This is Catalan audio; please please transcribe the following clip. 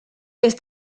les